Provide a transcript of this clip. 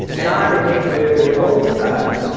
and i remember also,